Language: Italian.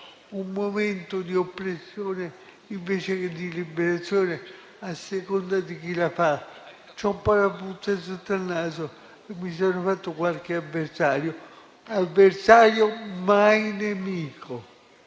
un momento di oppressione invece che di liberazione, a seconda di chi la fa. Ho un po' la puzza sotto il naso e mi sono fatto qualche avversario, ma mai nemico.